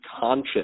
conscious